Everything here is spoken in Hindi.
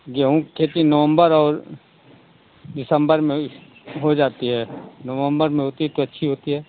गेहूं की खेती नवंबर और दिसंबर में ही हो जाती है नवंबर में होती है तो अच्छी होती है